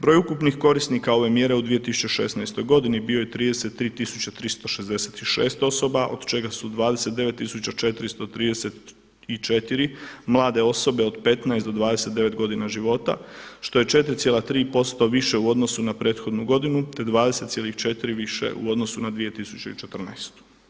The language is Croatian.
Broj ukupnih korisnika ove mjere u 2016. godini bio je 33.366 osoba od čega su 29.434 mlade osobe od 15 do 29 godina života, što je 4,3% više u odnosu na prethodnu godinu, te 20,4 više u odnosu na 2014.